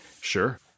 Sure